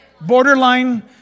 borderline